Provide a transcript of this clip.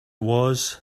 was